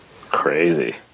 Crazy